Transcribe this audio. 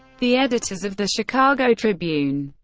the editors of the chicago tribune,